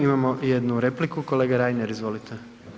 Imamo jednu repliku, kolega Reiner, izvolite.